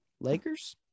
Lakers